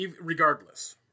regardless